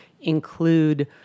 include